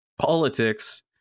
Politics